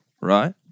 right